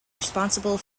responsible